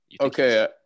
Okay